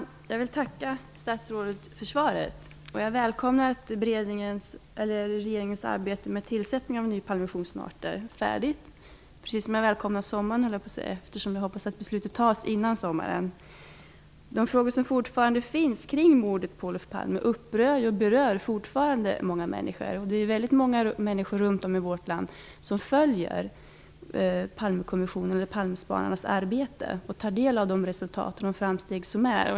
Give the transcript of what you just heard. Fru talman! Jag vill tacka statsrådet för svaret. Jag välkomnar att regeringens arbete med tillsättning av en ny Palmekommission snart är färdigt, precis som jag välkomnar sommaren, eftersom jag hoppas att beslutet fattas innnan sommaren. De frågor som ännu finns kring mordet på Olof Palme upprör och berör fortfarande många människor. Det är många människor runt om i vårt land som följer Palmespanarnas arbete och tar del av de resultat som nås och framsteg som görs.